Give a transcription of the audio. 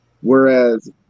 Whereas